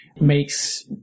makes